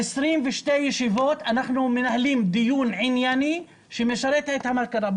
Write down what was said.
22 ישיבות אנחנו מנהלים דיון ענייני שמשרת את המטרה.